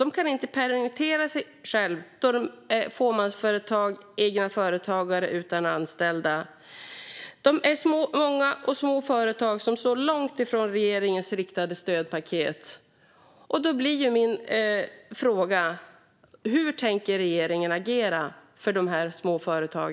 De kan inte permittera sig själva, då de är fåmansföretag eller egna företagare utan anställda. De är många små företag som står långt ifrån regeringens riktade stödpaket. Hur tänker regeringen agera för dessa småföretag?